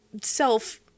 self